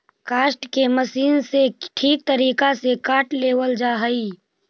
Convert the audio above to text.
काष्ठ के मशीन से ठीक तरीका से काट लेवल जा हई